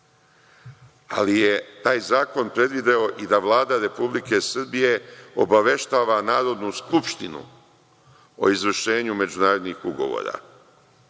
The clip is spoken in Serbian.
Ali je taj zakon predvideo i da Vlada RS obaveštava Narodnu skupštinu o izvršenju međunarodnih ugovora. Koliko